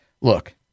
Look